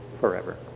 forever